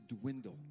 dwindle